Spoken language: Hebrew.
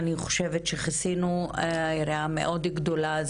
אני חושבת שכיסינו יריעה מאוד רחבה.